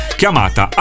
chiamata